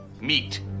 Meet